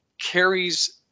carries